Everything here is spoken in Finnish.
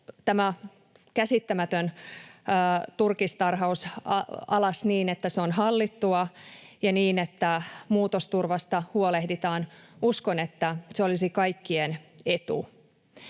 tämä käsittämätön turkistarhaus alas niin, että se on hallittua, ja niin, että muutosturvasta huolehditaan, uskon, että se olisi kaikkien etu.